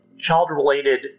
child-related